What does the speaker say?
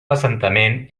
assentament